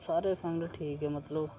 सारे फैमिली ठीक ऐ मतलब